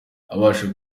abasaba